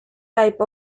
type